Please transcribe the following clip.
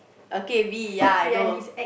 okay we ya I know